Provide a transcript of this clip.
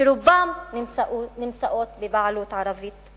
שרובם בבעלות ערבית,